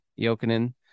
Jokinen